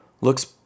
Looks